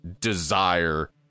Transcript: desire